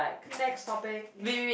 next topic